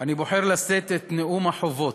אני בוחר לשאת את נאום החובות,